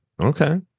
Okay